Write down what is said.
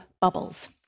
bubbles